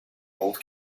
old